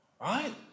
right